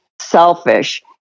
selfish